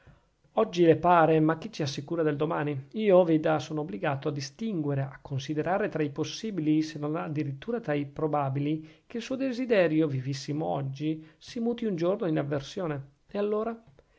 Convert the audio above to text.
oggi le pare ma chi ci assicura del domani io veda sono obbligato a distinguere a considerare tra i possibili se non a dirittura tra i probabili che il suo desiderio vivissimo oggi si muti un giorno in avversione e allora